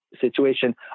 situation